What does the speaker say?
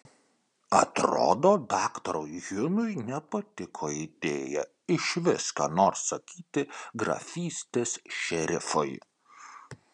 atrodo daktarui hjumui nepatiko idėja išvis ką nors sakyti grafystės šerifui